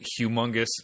humongous